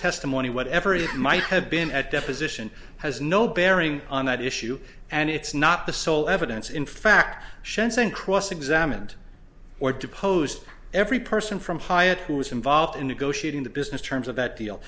testimony whatever it might have been at deposition has no bearing on that issue and it's not the sole evidence in fact shenstone cross examined or deposed every person from hyatt who was involved in negotiating the business terms of that deal